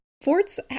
Forts